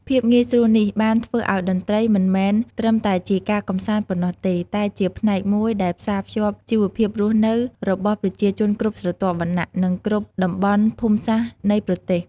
ភាពងាយស្រួលនេះបានធ្វើឲ្យតន្ត្រីមិនមែនត្រឹមតែជាការកម្សាន្តប៉ុណ្ណោះទេ តែជាផ្នែកមួយដែលផ្សារភ្ជាប់ជីវភាពរស់នៅរបស់ប្រជាជនគ្រប់ស្រទាប់វណ្ណៈ និងគ្រប់តំបន់ភូមិសាស្ត្រនៃប្រទេស។